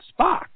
Spock